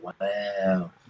Wow